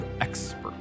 expert